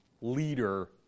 leader